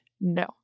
no